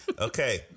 Okay